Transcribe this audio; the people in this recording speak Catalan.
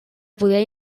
poder